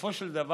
בסופו של דבר,